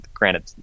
Granted